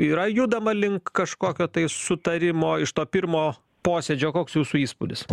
yra judama link kažkokio sutarimo iš to pirmo posėdžio koks jūsų įspūdis